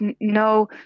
no